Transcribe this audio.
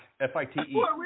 F-I-T-E